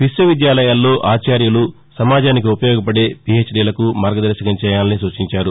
విశ్వవిద్యాల్లో ఆచార్యులు సమాజానికి ఉపయోగపదే పీహెచ్డీలకు మార్గదర్శకం చేయాలని సూచించారు